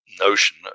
notion